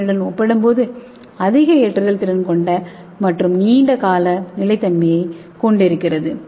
என் உடன் ஒப்பிடும்போது அதிக ஏற்றுதல் திறன் மற்றும் நீண்ட கால நிலைத்தன்மையை கொண்டிருக்கிறது